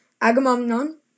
Agamemnon